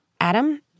Adam